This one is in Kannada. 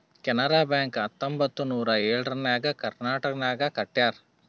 ಕೆನರಾ ಬ್ಯಾಂಕ್ ಹತ್ತೊಂಬತ್ತ್ ನೂರಾ ಎಳುರ್ನಾಗ್ ಕರ್ನಾಟಕನಾಗ್ ಕಟ್ಯಾರ್